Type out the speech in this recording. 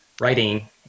writing